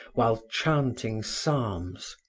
while chanting psalms.